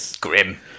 Grim